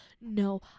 no